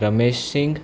Ramesh Singh